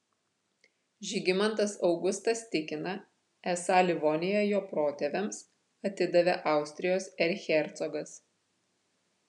žygimantas augustas tikina esą livoniją jo protėviams atidavė austrijos erchercogas